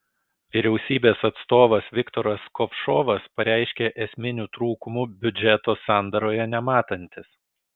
vyriausybės atstovas viktoras kovšovas pareiškė esminių trūkumų biudžeto sandaroje nematantis